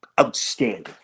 Outstanding